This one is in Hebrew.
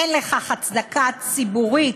אין לכך הצדקה ציבורית,